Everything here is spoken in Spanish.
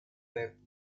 del